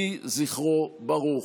יהי זכרו ברוך.